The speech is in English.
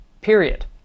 period